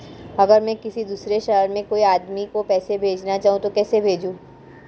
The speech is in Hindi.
अगर मैं किसी दूसरे शहर में कोई आदमी को पैसे भेजना चाहूँ तो कैसे भेजूँ?